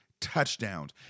touchdowns